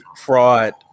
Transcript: fraud